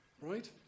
right